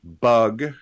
Bug